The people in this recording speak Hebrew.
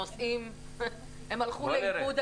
הם הלכו לאיבוד,